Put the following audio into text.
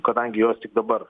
kadangi jos tik dabar